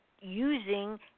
using